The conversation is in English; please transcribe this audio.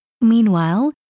Meanwhile